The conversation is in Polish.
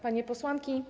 Panie Posłanki!